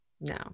No